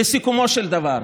לסיכומו של דבר,